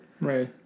Right